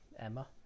Emma